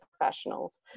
professionals